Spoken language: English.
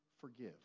forgive